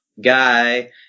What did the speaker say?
guy